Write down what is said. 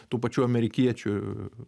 tų pačių amerikiečių